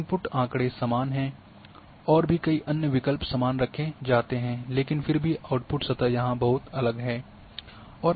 input आँकड़े समान है और भी कई अन्य विकल्प समान रखे जाते हैं लेकिन फिर भी आउटपुट सतह यहाँ बहुत अलग है